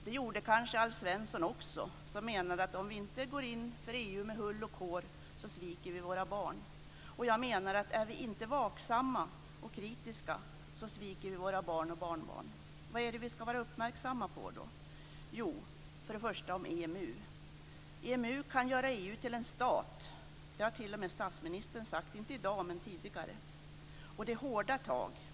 Det gjorde kanske Alf Svensson också, som menade att om vi inte går in för EU med hull och hår sviker vi våra barn. Jag menar att om vi inte är vaksamma och kritiska sviker vi våra barn och barnbarn. Vad är det då vi ska vara uppmärksamma på? Jo, för det första är det EMU. EMU kan göra EU till en stat. Det har t.o.m. statsministern sagt, inte i dag men tidigare. Det är hårda tag.